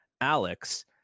Alex